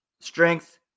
strength